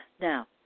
Now